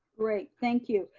great, thank you.